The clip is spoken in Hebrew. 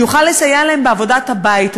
שיוכל לסייע להם בעבודת הבית,